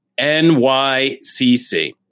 NYCC